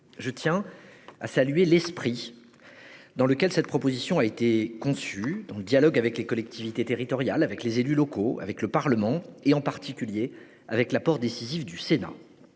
Je tiens à saluer l'esprit dans lequel cette proposition de loi a été conçue, dans le dialogue avec les collectivités territoriales, les élus locaux et le Parlement, en particulier avec l'apport décisif du Sénat.